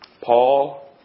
Paul